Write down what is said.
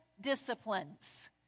disciplines